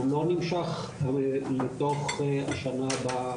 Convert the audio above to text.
הוא לא נמשך לתוך השנה הבאה,